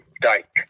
dike